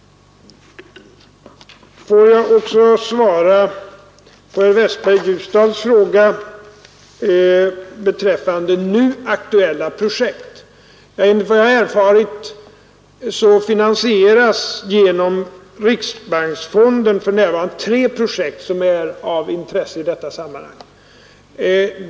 Låt mig också svara på herr Westbergs i Ljusdal fråga beträffande nu aktuella projekt. Enligt vad jag erfarit finansieras genom riksbanksfonden för närvarande tre projekt som är av intresse i detta sammanhang.